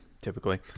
typically